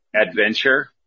Adventure